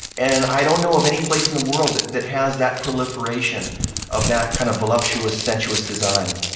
and i don't know of any place in the world that that has that proliferation of that kind of voluptuous, sensuous design.